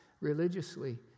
religiously